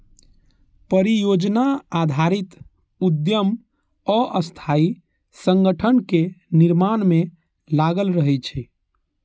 परियोजना आधारित उद्यम अस्थायी संगठनक निर्माण मे लागल रहै छै